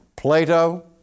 Plato